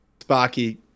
Sparky